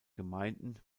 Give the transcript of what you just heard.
gemeinden